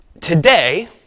today